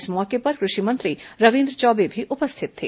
इस मौके पर कृषि मंत्री रविन्द्र चौबे भी उपस्थित थे